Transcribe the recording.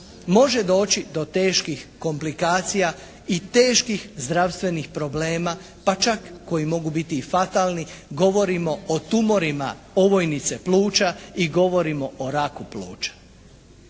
može doći do teškim komplikacija i teških zdravstvenih problema pa čak koji mogu biti i fatalni, govorim o tumorima ovojnice pluća i govorim o raku pluća.